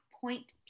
point